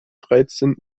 dreizehn